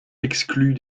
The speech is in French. exclue